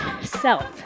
self